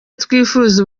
twifuza